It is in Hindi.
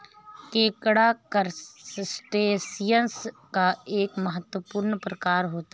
केकड़ा करसटेशिंयस का एक महत्वपूर्ण प्रकार होता है